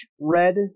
red